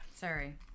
sorry